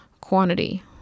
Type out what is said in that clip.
quantity